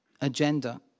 agenda